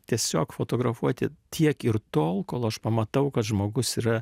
tiesiog fotografuoti tiek ir tol kol aš pamatau kad žmogus yra